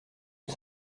aux